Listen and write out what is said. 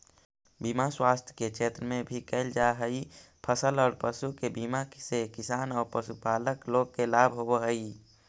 बीमा स्वास्थ्य के क्षेत्र में भी कैल जा हई, फसल औ पशु के बीमा से किसान औ पशुपालक लोग के लाभ होवऽ हई